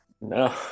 No